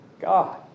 God